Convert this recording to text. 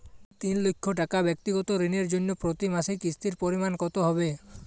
তিন লক্ষ টাকা ব্যাক্তিগত ঋণের জন্য প্রতি মাসে কিস্তির পরিমাণ কত হবে?